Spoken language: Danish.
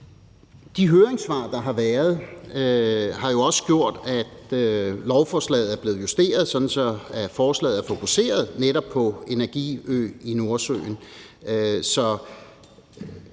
De høringssvar, der har været, har jo også gjort, at lovforslaget er blevet justeret, sådan at forslaget er fokuseret på netop energiøen i Nordsøen.